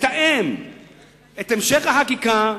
לתאם את המשך החקיקה,